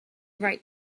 write